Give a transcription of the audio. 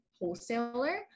wholesaler